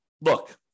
look